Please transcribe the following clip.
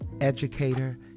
educator